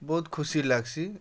ବହୁତ୍ ଖୁସି ଲାଗ୍ସି